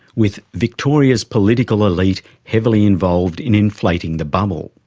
with victoria's political elite heavily involved in inflating the bubble.